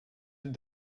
êtes